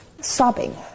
sobbing